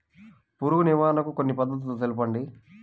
పురుగు నివారణకు కొన్ని పద్ధతులు తెలుపండి?